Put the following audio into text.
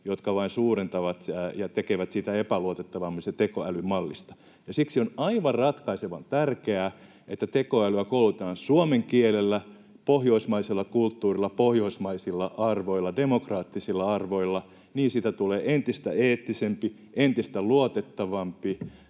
jotka vain suurentuvat ja tekevät siitä tekoälymallista epäluotettavamman. Ja siksi on aivan ratkaisevan tärkeää, että tekoälyä koulutetaan suomen kielellä, pohjoismaisella kulttuurilla, pohjoismaisilla arvoilla, demokraattisilla arvoilla. Niin siitä tulee entistä eettisempi, entistä luotettavampi,